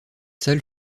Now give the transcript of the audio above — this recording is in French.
salle